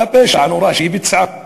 על הפשע הנורא שהיא ביצעה.